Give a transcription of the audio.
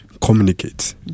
communicate